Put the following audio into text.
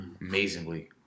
amazingly